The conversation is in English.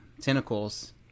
Tentacles